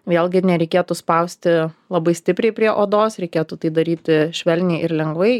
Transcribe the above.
vėlgi nereikėtų spausti labai stipriai prie odos reikėtų tai daryti švelniai ir lengvai